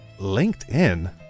LinkedIn